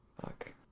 Fuck